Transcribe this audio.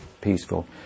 peaceful